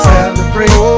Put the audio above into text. Celebrate